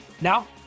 Now